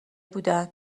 بودن